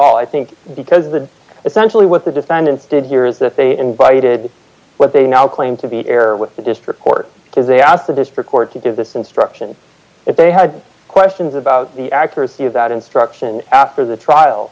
all i think because the essentially what the defendants did here is that they invited what they now claim to be error with the district court because they asked the district court to give this instruction if they had questions about the accuracy of that instruction after the trial